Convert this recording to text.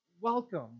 welcome